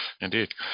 Indeed